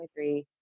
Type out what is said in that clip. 23